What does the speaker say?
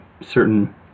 certain